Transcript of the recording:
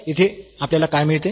तर येथे आपल्याला काय मिळते